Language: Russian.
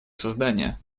создания